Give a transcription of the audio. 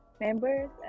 Members